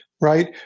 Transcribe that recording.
right